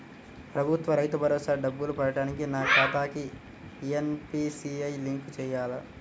ప్రభుత్వ రైతు భరోసా డబ్బులు పడటానికి నా ఖాతాకి ఎన్.పీ.సి.ఐ లింక్ చేయాలా?